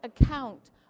account